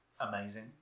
amazing